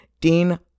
Dean